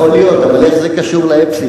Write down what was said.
יכול להיות, אבל איך זה קשור לאפסילון?